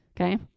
okay